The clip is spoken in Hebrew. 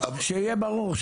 שיהיה ברור,